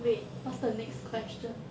wait what's the next question